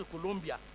Colombia